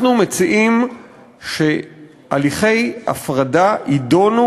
אנחנו מציעים שהליכי הפרדה יידונו